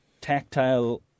tactile